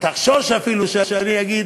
שתחשוב אפילו שיגיד: